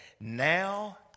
Now